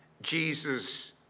Jesus